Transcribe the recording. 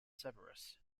severus